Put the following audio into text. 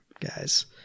guys